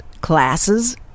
classes